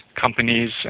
companies